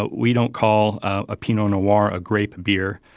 but we don't call a pinot noir a grape beer,